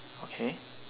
okay